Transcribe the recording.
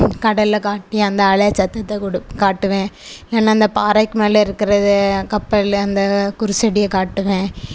கடலை காட்டி அந்த அலை சத்தத்தை குடு காட்டுவேன் இல்லைன்னா அந்த பாறைக்கு மேலே இருக்கிறது கப்பல் அந்த குருசடியை காட்டுவேன்